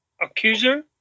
accuser